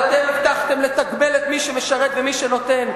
אז אתם הבטחתם לתגמל את מי שמשרת ומי שנותן.